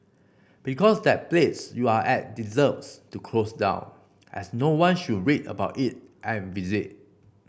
because that place you're at deserves to close down as no one should read about it and visit